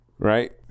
right